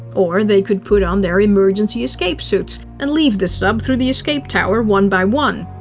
or they could put on their emergency escape suits and leave the sub through the escape tower one by one.